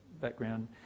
background